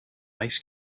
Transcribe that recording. ice